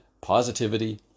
positivity